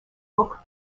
book